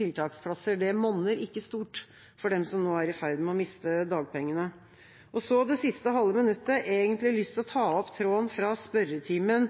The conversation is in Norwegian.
tiltaksplasser. Det monner ikke stort for dem som nå er i ferd med å miste dagpengene. Det siste halve minuttet har jeg lyst til å ta opp tråden fra spørretimen